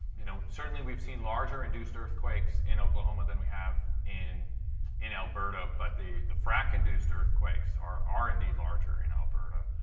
you know, certainly we've seen larger induced earthquakes in oklahoma than we have and in alberta. but the the frac-induced earthquakes are are indeed larger in alberta.